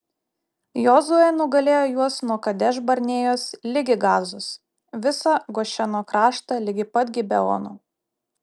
jozuė nugalėjo juos nuo kadeš barnėjos ligi gazos visą gošeno kraštą ligi pat gibeono